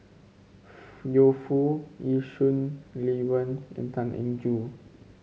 Yu Foo Yee Shoon Lee Wen and Tan Eng Joo